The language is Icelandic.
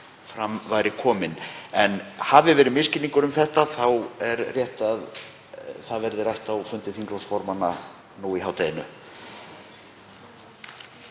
fram væri komin. En hafi verið misskilningur um þetta þá er rétt að það verði rætt á fundi þingflokksformanna nú í hádeginu.